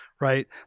right